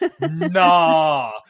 no